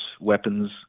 weapons